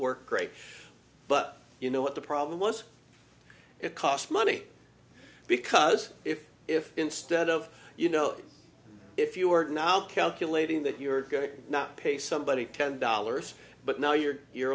work great but you know what the problem was it costs money because if if instead of you know if you are now calculating that you're going to not pay somebody ten dollars but now you're